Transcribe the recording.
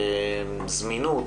ויצירת הזמינות